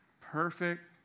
Perfect